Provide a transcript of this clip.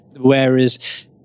Whereas